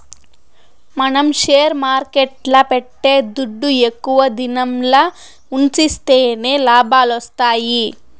మనం షేర్ మార్కెట్ల పెట్టే దుడ్డు ఎక్కువ దినంల ఉన్సిస్తేనే లాభాలొత్తాయి